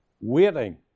waiting